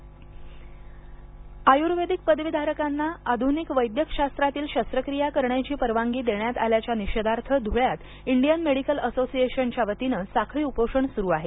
IMA उपोषण आयुर्वेदिक पदवीधारकांना अधुनिक वैद्यक शास्त्रातील शस्त्रक्रिया करण्याची परवानगी देण्यात आल्याच्या निषेधार्थ धुळ्यात इंडियन मेडिकल असोसिएशनच्या वतीने साखळी उपोषण सुरू आहे